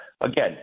Again